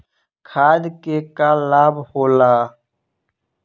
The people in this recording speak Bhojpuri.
खाद्य से का लाभ होला?